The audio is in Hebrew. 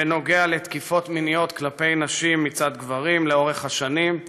בנוגע לתקיפות מיניות כלפי נשים מצד גברים לאורך השנים.